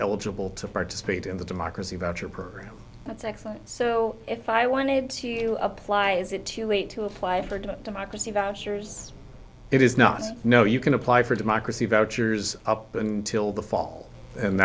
eligible to participate in the democracy voucher program that's excellent so if i wanted to apply is it too late to apply for to democracy vouchers it is not know you can apply for democracy vouchers up until the fall and